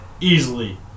easily